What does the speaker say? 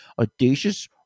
audacious